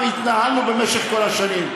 מי אתה שתשלח אותם לשם?